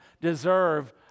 deserve